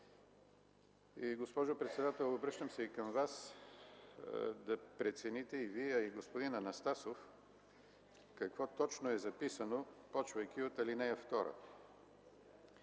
Госпожо председател, обръщам се и към Вас: да прецените и Вие, и господин Анастасов какво точно е записано, започвайки от ал. 2.